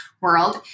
world